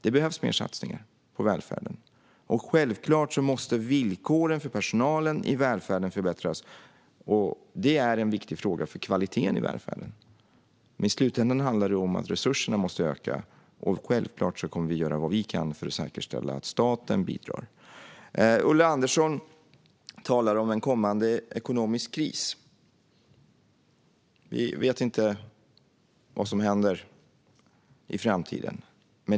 Det behövs fler satsningar på välfärden, och självklart måste villkoren för personalen i välfärden förbättras. Det är en viktig fråga för kvaliteten i välfärden. Men i slutändan handlar det om att resurserna måste öka, och självklart kommer vi att göra vad vi kan för att säkerställa att staten bidrar. Ulla Andersson talar om en kommande ekonomisk kris. Vi vet inte vad som händer i framtiden.